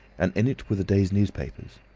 and in it were the day's newspapers.